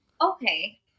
Okay